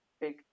big